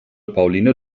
pauline